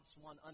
one